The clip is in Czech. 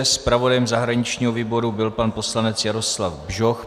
Zpravodajem zahraničního výboru byl pan poslanec Jaroslav Bžoch.